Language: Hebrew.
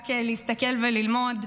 רק להסתכל וללמוד,